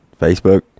facebook